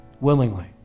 willingly